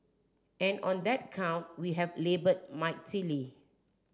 and on that count we have laboured mightily